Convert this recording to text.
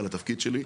על התפקיד שלי.